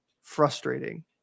frustrating